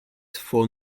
for